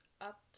up